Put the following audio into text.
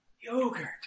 Yogurt